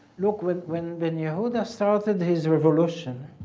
look, when when ben yehuda started his revolution